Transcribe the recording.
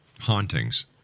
hauntings